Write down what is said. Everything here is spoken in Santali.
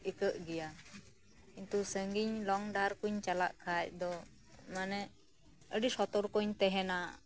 ᱤᱠᱟᱹᱜ ᱜᱮᱭᱟ ᱠᱤᱱᱛᱩ ᱥᱟᱸᱜᱤᱧ ᱞᱚᱝ ᱰᱟᱦᱟᱨ ᱠᱚᱸᱧ ᱪᱟᱞᱟᱜ ᱠᱷᱟᱡ ᱫᱚ ᱢᱟᱱᱮ ᱟᱰᱤ ᱥᱚᱛᱚᱨ ᱠᱚᱸᱧ ᱛᱟᱦᱮᱸᱱᱟ